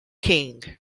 king